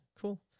cool